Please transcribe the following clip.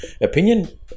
opinion